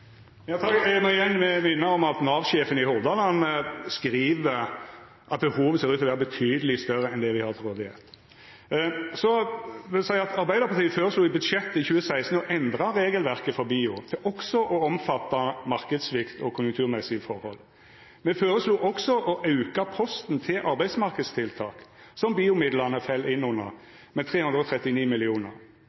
at Nav-sjefen i Hordaland skriv at behovet ser ut til å vera betydeleg større enn det me har til rådigheit. Så vil eg seia at Arbeidarpartiet føreslo i budsjettet i 2016 å endra regelverket for BIO til også å omfatta marknadssvikt og konjunkturmessige forhold. Me føreslo også å auka posten til arbeidsmarknadstiltak, som BIO-midlane fell inn under, med 339